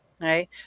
Right